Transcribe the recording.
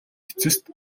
эцэст